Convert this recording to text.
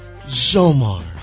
ZOMAR